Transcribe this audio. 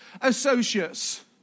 associates